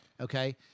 Okay